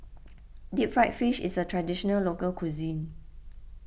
Deep Fried Fish is a Traditional Local Cuisine